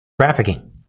trafficking